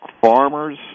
farmers